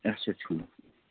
اچھا ٹھیٖک